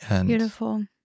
beautiful